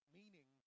meaning